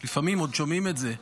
לפעמים עוד שומעים את זה,